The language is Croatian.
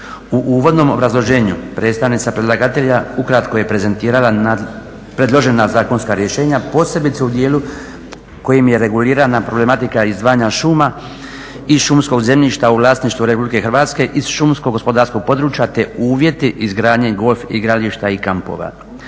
U uvodnom obrazloženju predstavnica predlagatelja ukratko je prezentirala predložena zakonska rješenja, posebice u dijelu kojim je regulirana problematika izdvajanja šuma i šumskog zemljišta u vlasništvu Republike Hrvatske iz šumsko-gospodarskog područja te uvjeti izgradnje golf igrališta i kampova.